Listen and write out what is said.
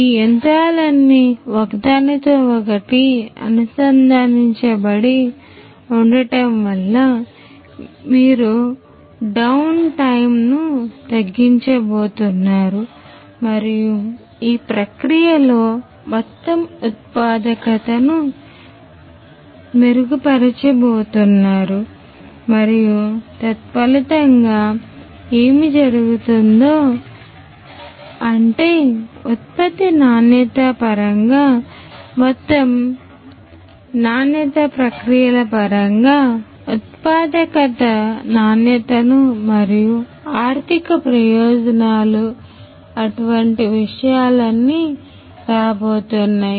ఈ యంత్రాలన్నీ ఒకదానితో ఒకటి అనుసంధానించబడి ఉండటం వల్ల మీరు డౌన్ టైమ్ను తగ్గించబోతున్నారు మరియు మీరు ఈ ప్రక్రియలో మొత్తం ఉత్పాదకతను మెరుగుపరచబోతున్నారు మరియు తత్ఫలితంగా ఏమి జరగబోతోంది అంటే ఉత్పత్తి నాణ్యత పరంగా మొత్తం నాణ్యత ప్రక్రియల పరంగా ఉత్పాదకత నాణ్యతనుమరియు ఆర్థిక ప్రయోజనాలు అటువంటి విషయాలన్నీ రాబోతున్నాయి